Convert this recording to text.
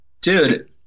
Dude